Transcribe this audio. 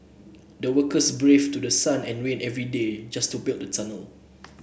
the workers braved through sun and rain every day just to build the tunnel